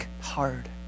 hard